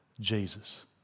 Jesus